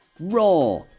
Raw